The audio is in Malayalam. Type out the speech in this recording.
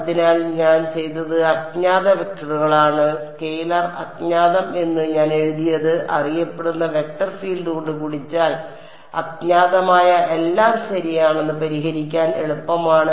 അതിനാൽ ഞാൻ ചെയ്തത് അജ്ഞാത വെക്ടറുകൾ ആണ് സ്കെലാർ അജ്ഞാതം എന്ന് ഞാൻ എഴുതിയത് അറിയപ്പെടുന്ന വെക്റ്റർ ഫീൽഡ് കൊണ്ട് ഗുണിച്ചാൽ അജ്ഞാതമായ എല്ലാം ശരിയാണെന്ന് പരിഹരിക്കാൻ എളുപ്പമാണ്